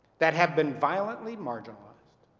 that have been violently marginalized